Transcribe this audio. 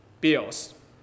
bills